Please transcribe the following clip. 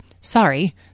Sorry